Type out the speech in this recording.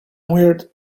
weird